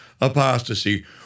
apostasy